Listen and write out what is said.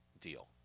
deal